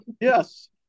Yes